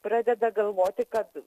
pradeda galvoti kad